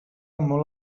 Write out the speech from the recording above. molt